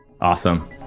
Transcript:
Awesome